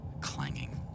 Clanging